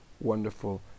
wonderful